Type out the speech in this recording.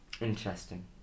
Interesting